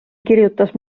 kirjutas